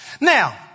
now